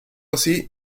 así